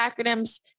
acronyms